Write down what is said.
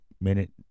minute